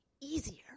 easier